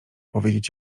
powiedzieć